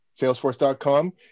salesforce.com